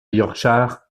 yorkshire